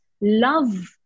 love